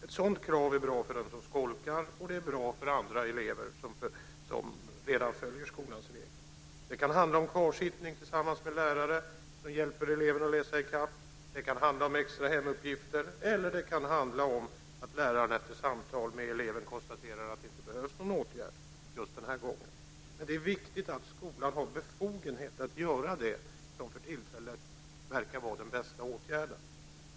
Ett sådant krav är bra för den som skolkar, och det är bra för andra elever som redan följer skolans regler. Det kan handla om kvarsittning tillsammans med lärare som hjälper eleven att läsa i kapp. Det kan handla om extra hemuppgifter eller om att läraren efter samtal med eleven konstaterar att det inte behövs någon åtgärd just den här gången. Men det är viktigt att skolan har befogenhet att göra det som för tillfället verkar vara det bästa.